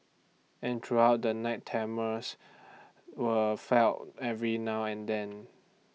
and throughout the night tremors were felt every now and then